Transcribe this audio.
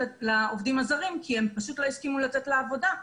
לעובדים הזרים כי הם פשוט לא הסכימו לצאת לעבודה,